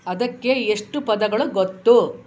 ಅದಕ್ಕೆ ಎಷ್ಟು ಪದಗಳು ಗೊತ್ತು